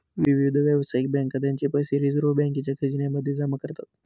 विविध व्यावसायिक बँका त्यांचे पैसे रिझर्व बँकेच्या खजिन्या मध्ये जमा करतात